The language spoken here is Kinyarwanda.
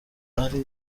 ari